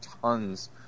tons